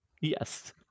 Yes